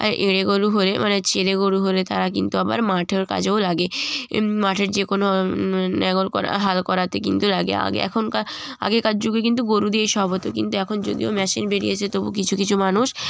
আর এঁড়ে গরু হলে মানে ছেলে গরু হলে তারা কিন্তু আবার মাঠের কাজেও লাগে মাঠের যে কোনো নেঙ্গল করা হাল করাতে কিন্তু লাগে আগে এখনকার আগেকার যুগে কিন্তু গরু দিয়েই সব হতো কিন্তু এখন যদিও মেশিন বেড়িয়েছে তবু কিছু কিছু মানুষ